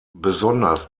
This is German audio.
besonders